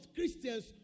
Christians